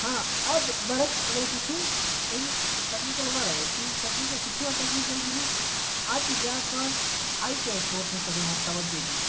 ہاں اَتھ بَرعکس اگر أسۍ وٕچھُو اَمہِ ٹٮ۪کنِکَل وَرٲے ٹھیٖک ٹٮ۪کنِکَل سُہ تہِ چھِ یِوان ٹٮ۪کنِکَلَس منٛز آز چھِ زیادٕ پَہَن آی ٹی آی کورسَن پٮ۪ٹھ یِوان تَوَجُہ دِنہٕ